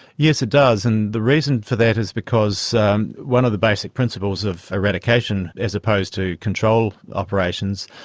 yes, it does, and the reason for that is because one of the basic principles of eradication, as opposed to control operations,